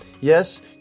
Yes